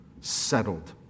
settled